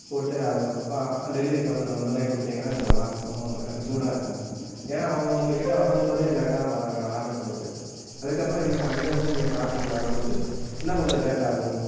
போட்டு அதை delivery partner வந்தோடன்னே கொடுத்தீங்கனா கொஞ்சம் நல்லா இருக்கும் எனக்கு சூடாக இருக்கும் ஏனால் அவங்க உங்கள்கிட்ட வரும்போதே லேட்டாக தான் வராங்க நான் ஆர்டர் போட்டு அதுக்கப்புறம் இங்கே அங்கேயிருந்து இங்கே ட்ராஃபிக்கில் வரும்போது இன்னும் கொஞ்சம் லேட்டாகும்